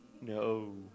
No